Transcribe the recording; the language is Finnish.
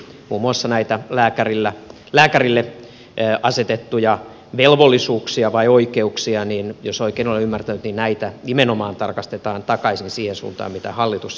muun muassa näitä lääkärille asetettuja velvollisuuksia tai oikeuksia jos oikein olen ymmärtänyt nimenomaan tarkastetaan takaisin siihen suuntaan mitä hallitus silloin esitti